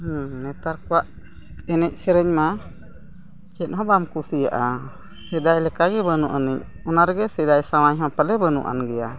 ᱦᱮᱸ ᱱᱮᱛᱟᱨ ᱠᱚᱣᱟᱜ ᱮᱱᱮᱡ ᱥᱮᱨᱮᱧ ᱢᱟ ᱪᱮᱫ ᱦᱚᱸ ᱵᱟᱢ ᱠᱩᱥᱤᱭᱟᱜᱼᱟ ᱥᱮᱫᱟᱭ ᱞᱮᱠᱟᱜᱮ ᱵᱟᱹᱱᱩᱜ ᱟᱹᱱᱤᱡ ᱚᱱᱟ ᱨᱮᱜᱮ ᱥᱮᱫᱟᱭ ᱥᱮᱨᱮᱧ ᱦᱚᱸ ᱯᱟᱞᱮᱱ ᱵᱟᱹᱱᱩᱜ ᱟᱱ ᱜᱮᱭᱟ